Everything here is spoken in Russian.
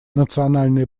национальные